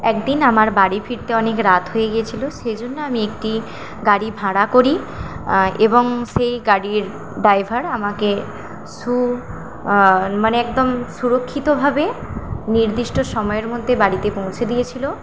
একদিন আমার বাড়ি ফিরতে অনেক রাত হয়ে গেছিলো সেই জন্য আমি একটি গাড়ি ভাড়া করি এবং সেই গাড়ির ড্রাইভার আমাকে সু মানে একদম সুরক্ষিতভাবে নির্দিষ্ট সময়ের মধ্যে বাড়িতে পৌঁছে দিয়েছিল